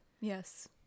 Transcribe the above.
Yes